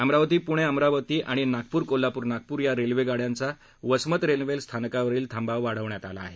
अमरावती पूणे अमरावती आणि नागपूर कोल्हापूर नागपूर या रेल्वे गाड्याद्या वसमत रेल्वे स्थानकावरील थाद्या वाढवण्यात आला आहे